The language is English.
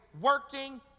working